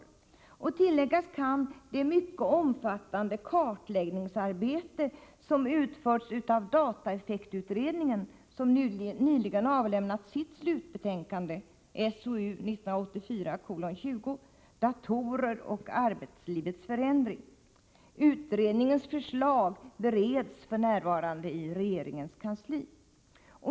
Jag vill het tillägga att ett mycket omfattande kartläggningsarbete utförts av dataeffektutredningen, som nyligen avlämnat sitt slutbetänkande, SOU 1984:20, Datorer och arbetslivets förändring. Utredningens förslag bereds f.n. i regeringens kansli.